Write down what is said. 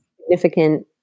significant